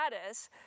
status